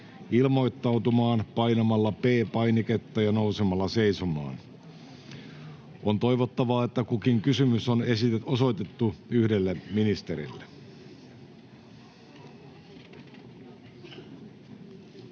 ilmoittautumaan painamalla P-painiketta ja nousemalla seisomaan. On toivottavaa, että kukin kysymys on osoitettu yhdelle ministerille.